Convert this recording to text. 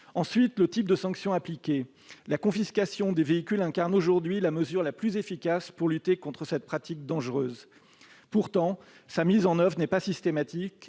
qui est du type de sanctions appliqué, la confiscation des véhicules est aujourd'hui la mesure la plus efficace pour lutter contre cette pratique dangereuse ; pourtant, sa mise en oeuvre n'est pas systématique